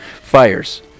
fires